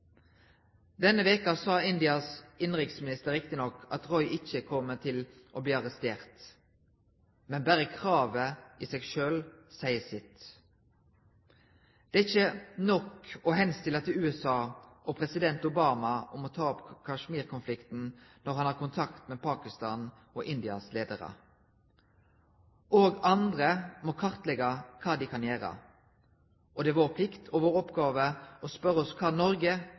Denne uka sa Indias innenriksminister riktignok at Roy ikke kommer til å bli arrestert, men bare kravet i seg selv sier sitt. Det er ikke nok å henstille til USA og president Obama om å ta opp Kashmir-konflikten når han har kontakt med Pakistans og Indias ledere. Også andre må kartlegge hva de kan gjøre. Og det er vår plikt og vår oppgave å spørre oss hva